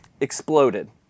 exploded